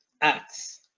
acts